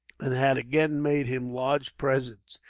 and had again made him large presents,